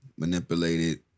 Manipulated